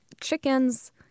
chickens